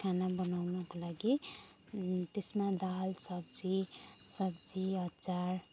खाना बनाउनको लागि त्यसमा दाल सब्जी सब्जी अचार